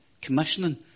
commissioning